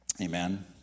Amen